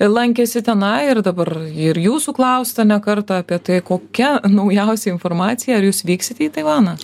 lankėsi tenai ir dabar ir jūsų klausta ne kartą apie tai kokia naujausia informacija ar jūs vyksit į taivaną